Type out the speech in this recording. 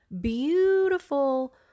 beautiful